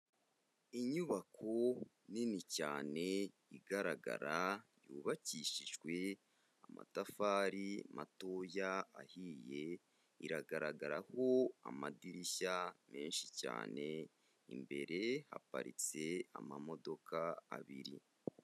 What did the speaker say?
Inyubako nini cyane igaragara, yubakishijwe amatafari matoya ahiye, iragaragaraho amadirishya menshi cyane, imbere haparitse amamodoka abiri.